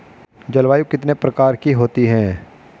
जलवायु कितने प्रकार की होती हैं?